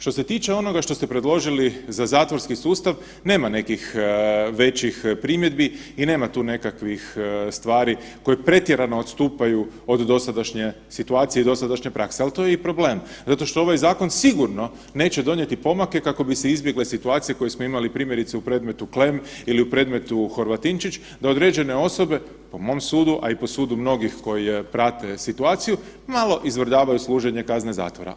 Što se tiče onoga što ste predložili za zatvorski sustav, nema nekih većih primjedbi i nema tu nekakvih stvari koje pretjerano odstupaju od dosadašnje situacije i dosadašnje prakse, ali to je i problem zato što ovaj zakon sigurno neće donijeti pomake kako bi se izbjegle situacije koje smo imali, primjerice u predmetu Klemm ili u predmetu Horvatinčić, da određene osobe, po mom sudu, a i po sudu mnogih koje prate situaciju, malo izvrdavaju služenje kazne zatvora.